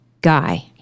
guy